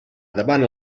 davant